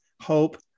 hope